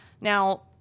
Now